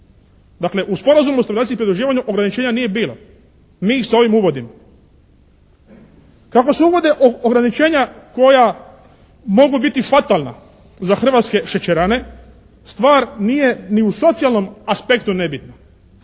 Dakle u Sporazumu o stabilizaciji i pridruživanju ograničenja nije bilo, mi ih s ovim uvodimo. Kako se uvode ograničenja koja mogu biti fatalna za hrvatske šećerane, stvar nije ni u socijalnom aspektu nebitna.